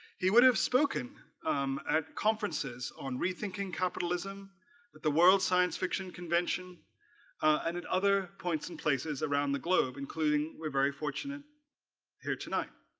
he would have spoken at conferences on rethinking capitalism that the world science fiction convention and at other points in places around the globe including we're very fortunate here tonight